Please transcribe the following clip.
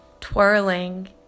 twirling